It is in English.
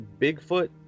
Bigfoot